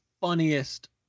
funniest